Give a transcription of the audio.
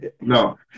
no